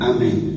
Amen